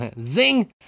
Zing